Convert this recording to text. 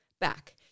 back